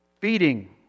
Feeding